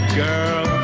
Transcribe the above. girl